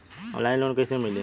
Online loan कइसे मिली?